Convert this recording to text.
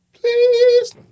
Please